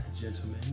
gentlemen